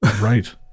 right